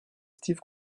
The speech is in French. steve